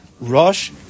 Rush